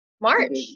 March